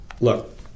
look